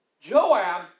Joab